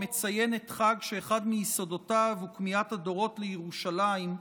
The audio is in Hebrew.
המציינת חג שאחד מיסודותיו הוא כמיהת הדורות לירושלים,